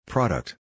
Product